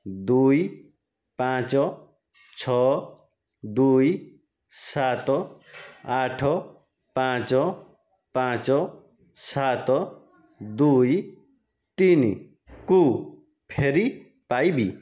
ଦୁଇ ପାଞ୍ଚ ଛଅ ଦୁଇ ସାତ ଆଠ ପାଞ୍ଚ ପାଞ୍ଚ ସାତ ଦୁଇ ତିନି କୁ ଫେରି ପାଇବି